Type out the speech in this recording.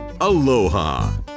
Aloha